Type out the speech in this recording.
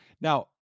Now